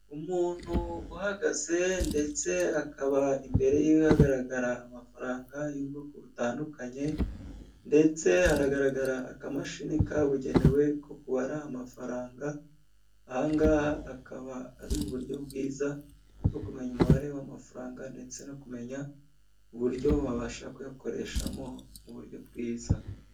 Umuntu uhagaze ndetse akaba imbere yiwe hagaragara amafaranga y'ubwoko butandukanye ndetse haragaraga akamashini kabugenewe ko kubara amafaranga, aha ngaha akaba ari uburyo bwiza bwo kumenya umubare w'amafaranga ndetse no kumenya uburyo wabasha kuyakoreshamo muburyo bwiza.